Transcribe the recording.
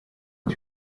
est